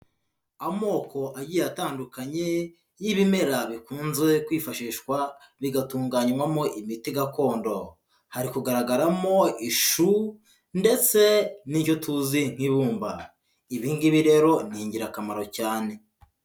Amoko agiye atandukanye y'ibimera bikunze kwifashishwa bigatunganywamo imiti gakondo, hari kugaragaramo ishu ndetse n'icyo tuzi nk'ibumba, ibi ngibi rero ni ingirakamaro cyane.